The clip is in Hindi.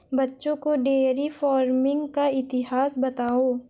बच्चों को डेयरी फार्मिंग का इतिहास बताओ